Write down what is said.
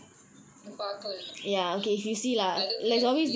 பாக்கல இன்னும்:paakkala innum I don't think I see